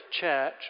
Church